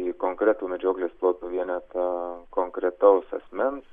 į konkretų medžioklės ploto vienetą konkretaus asmens